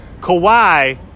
Kawhi